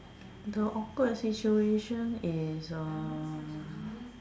the awkward situation is uh